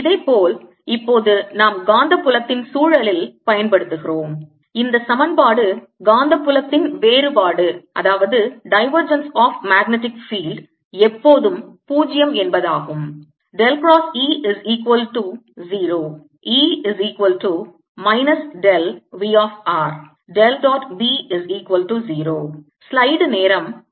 இதேபோல் இப்போது நாம் காந்தப் புலத்தின் சூழலில் பயன்படுத்துகிறோம் இந்த சமன்பாடு காந்தப் புலத்தின் வேறுபாடு எப்போதும் 0 என்பதாகும்